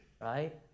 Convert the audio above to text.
right